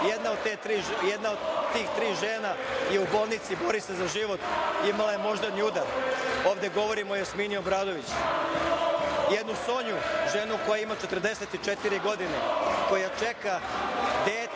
Jedna od te tri žene je u bolnici, bori se za život. Imala je moždani udar. Ovde govorim o Jasmini Obradović. Jednu Sonju, ženu koja ima 44 godine, koja čeka dete,